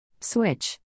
Switch